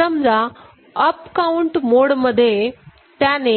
समजा up account मोडमध्ये त्याने